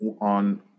on